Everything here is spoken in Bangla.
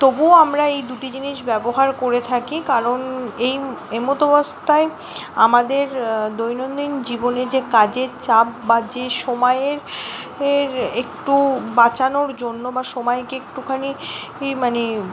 তবুও আমরা এই দুটি জিনিস ব্যবহার করে থাকি কারণ এই এমতাবস্থায় আমাদের দৈনন্দিন জীবনে যে কাজের চাপ বা যে সময়ের এর একটু বাঁচানোর জন্য বা সময়কে একটুখানি ই মানে